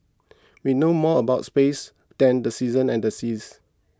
we know more about space than the seasons and the seas